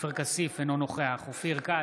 עופר כסיף, אינו נוכח אופיר כץ,